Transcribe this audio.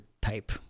type